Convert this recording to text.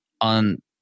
on